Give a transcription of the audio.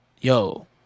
Yo